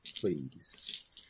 please